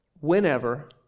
whenever